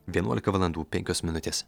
vienuolika valandų penkios minutės